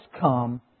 come